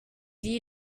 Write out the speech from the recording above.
you